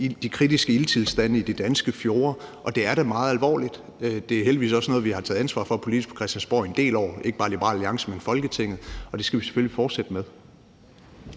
de kritiske ilttilstande i de danske fjorde, og det er da meget alvorligt. Det er heldigvis også noget, vi har taget ansvar for politisk på Christiansborg en del år, ikke bare Liberal Alliance, men Folketinget, og det skal vi selvfølgelig fortsætte med.